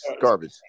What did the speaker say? Garbage